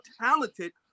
talented